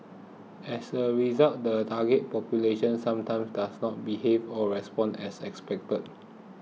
as a result the targeted population sometimes does not behave or respond as expected